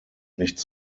nichts